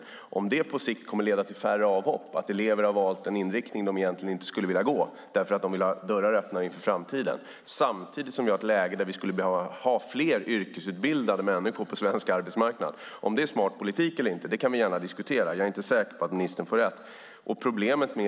Jag tror inte att det på sikt kommer att leda till färre avhopp att elever väljer en inriktning som de egentligen inte skulle vilja välja eftersom de vill ha dörrar öppna inför framtiden, samtidigt som vi har ett läge där vi skulle behöva ha fler yrkesutbildade människor på svensk marknad. Om det är smart politik eller inte kan vi gärna diskutera. Jag är inte säker på att ministern får rätt.